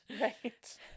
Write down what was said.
Right